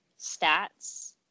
stats